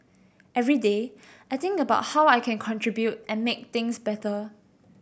every day I think about how I can contribute and make things better